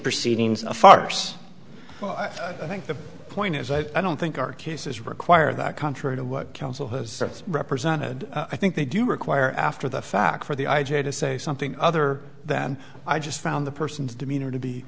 proceedings a farce well i think the point is i don't think our cases require that contrary to what counsel has represented i think they do require after the fact for the i j a to say something other than i just found the person's demeanor to be